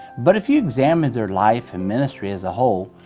but if you examine their life and ministry as a whole,